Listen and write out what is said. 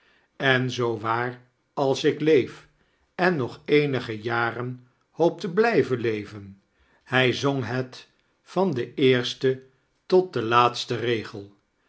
en zoo waar als ik leef en nog eenige jaren hoop te blqven leven hij zong het van den eersten tot den laatsten regel